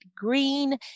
green